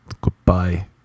Goodbye